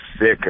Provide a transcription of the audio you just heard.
sick